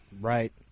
right